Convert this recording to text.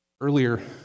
Earlier